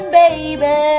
baby